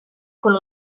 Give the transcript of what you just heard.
con